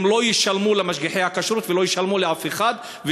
הם לא ישלמו למשגיחי הכשרות ולא ישלמו לאף אחד,